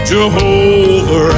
Jehovah